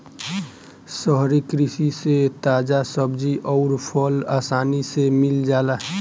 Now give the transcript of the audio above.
शहरी कृषि से ताजा सब्जी अउर फल आसानी से मिल जाला